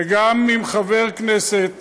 וגם אם חבר כנסת